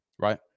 Right